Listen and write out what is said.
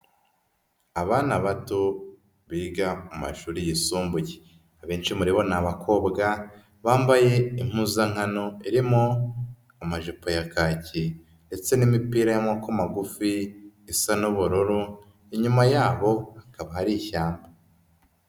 Abana bato biga mu mashuri yisumbuye, abenshi muri bo ni abakobwa bambaye impuzankano irimo amajipo ya kaki ndetse n'imipira y'amaboko magufi isa n'ubururu, inyuma yabo hakaba hari ishyamba.